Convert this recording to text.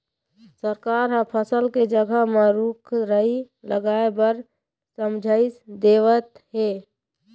सरकार ह फसल के जघा म रूख राई लगाए बर समझाइस देवत हे